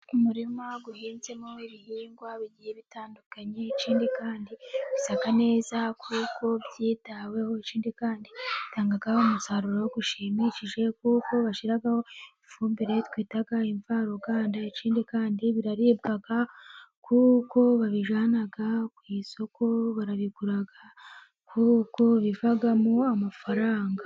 Umurima uhinzemo ibihingwa bigiye bitandukanye, ikindi kandi bisa neza, kuko byitaweho, ikindi kandi bitanga umusaruro ushimishije, kuko bashyiraho ifumbire twita imvaruganda, ikindi kandi biraribwa, kuko babijyana ku isoko barabigura, kuko bivamo amafaranga.